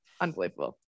Unbelievable